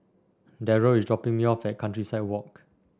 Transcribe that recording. Derrell is dropping me off at Countryside Walk